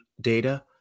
data